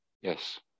yes